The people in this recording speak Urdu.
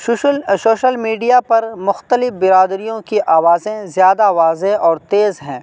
سوشل سوشل میڈیا پر مختلف برادریوں کی آوازیں زیادہ واضح اور تیز ہیں